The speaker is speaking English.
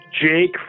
Jake